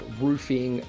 roofing